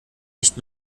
nicht